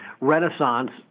renaissance